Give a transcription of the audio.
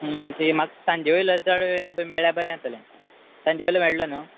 ती म्हाका सांजे वयलो चड मेळ्या बरें जातले सांजे वयलो मेळ्ळो न्हू